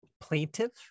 plaintiff